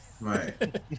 Right